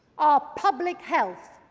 our public health,